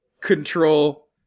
control